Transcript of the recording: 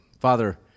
Father